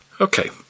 Okay